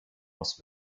was